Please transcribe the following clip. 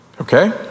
okay